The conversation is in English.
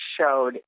showed